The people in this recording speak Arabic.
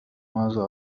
ماذا